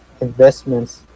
investments